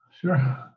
Sure